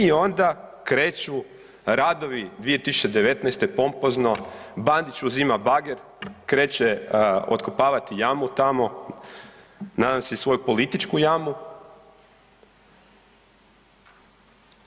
I onda kreću radovi 2019. pompozno, Bandić uzima bager kreće otkopavati jamu, nadam se si svoju političku jamu